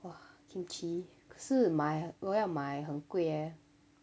!wah! kimchi 可是买我买很贵哦